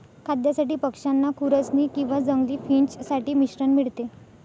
खाद्यासाठी पक्षांना खुरसनी किंवा जंगली फिंच साठी मिश्रण मिळते